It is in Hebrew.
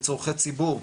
לצורכי ציבור,